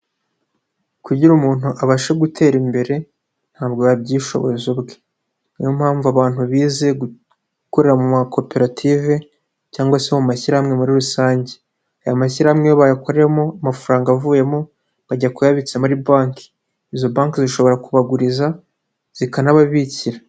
Kugira umuntu abashe gutera imbere, ntabwo yabyishobozi ubwe, niyo mpamvu abantu bize gukorera mu makoperative, cyangwa se mu mashyirahamwe muri rusange. Aya mashyirahamwe iyo bayakoreyemo amafaranga avuyemo, bajya kuyabitsa muri banki. Izo banki zishobora kubaguriza, zikanababikira.